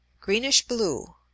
greenish-blue